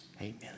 Amen